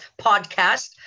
podcast